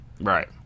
right